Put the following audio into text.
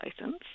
license